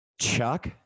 Chuck